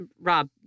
Rob